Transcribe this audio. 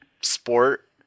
sport